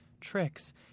tricks